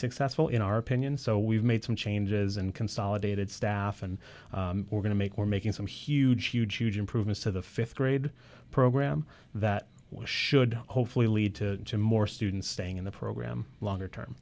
successful in our opinion so we've made some changes and consolidated staff and we're going to make we're making some huge huge huge improvements to the th grade program that should hopefully lead to more students staying in the program longer term